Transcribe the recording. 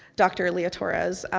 dr. leah torres.